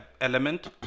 element